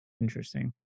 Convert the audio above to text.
Interesting